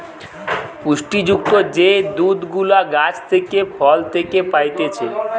পুষ্টি যুক্ত যে দুধ গুলা গাছ থেকে, ফল থেকে পাইতেছে